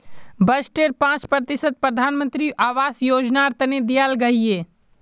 बजटेर पांच प्रतिशत प्रधानमंत्री आवास योजनार तने दियाल गहिये